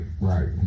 right